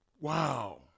wow